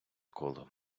коло